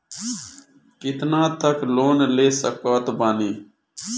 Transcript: कितना तक लोन ले सकत बानी?